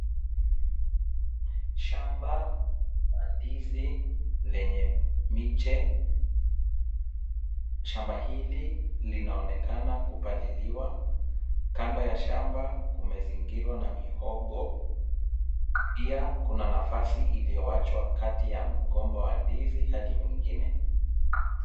Shamba la ndizi lenye miche. Shamba hili linaonekana kupaliliwa. Kando ya shamba kumezingirwa na mihogo. Pia kuna nafasi iliyoachwa kati ya mgomba wa ndizi hadi mwingine.